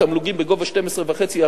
תמלוגים בגובה 12.5%,